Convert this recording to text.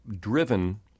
driven